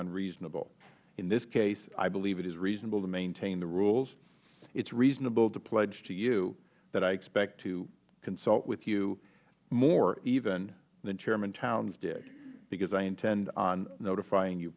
unreasonable in this case i believe it is reasonable to maintain the rules it is reasonable to pledge to you that i expect to consult with you more even than chairman towns did because i intend on notifying you